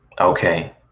okay